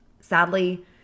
Sadly